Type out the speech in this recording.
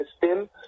system